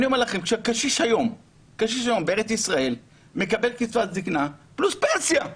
קשיש היום בארץ ישראל מקבל קצבת זקנה פלוס פנסיה.